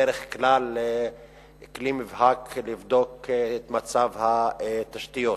בדרך כלל הן כלי מובהק לבדוק את מצב התשתיות,